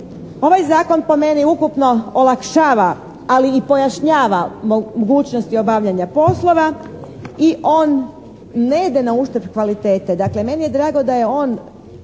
Ovaj Zakon po meni ukupno olakšava, ali i pojašnjava mogućnosti obavljanja poslova i on ne ide na uštrb kvalitete. Dakle, meni je drago da je on